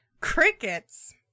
crickets